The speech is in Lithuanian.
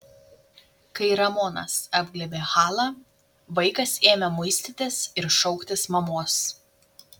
kai ramonas apglėbė halą vaikas ėmė muistytis ir šauktis mamos